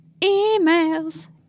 Emails